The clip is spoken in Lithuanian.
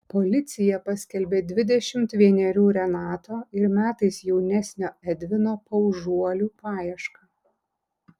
policija paskelbė dvidešimt vienerių renato ir metais jaunesnio edvino paužuolių paiešką